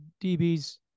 DBs